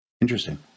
Interesting